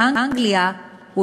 באנגליה,